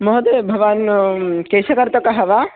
महोदय भवान् केशकर्तकः वा